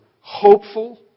hopeful